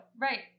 Right